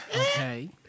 Okay